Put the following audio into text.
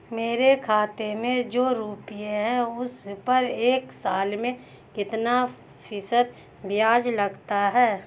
मेरे खाते में जो रुपये हैं उस पर एक साल में कितना फ़ीसदी ब्याज लगता है?